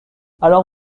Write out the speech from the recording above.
alors